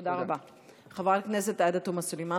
חבר הכנסת אבו שחאדה,